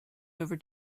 over